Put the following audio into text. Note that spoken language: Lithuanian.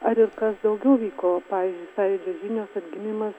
ar ir kas daugiau vyko pavyzdžiui sąjūdžio žinios atgimimas